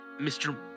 Mr